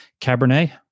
Cabernet